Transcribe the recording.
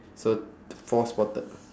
so four spotted